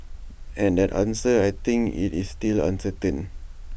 and that answer I think is still uncertain